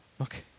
okay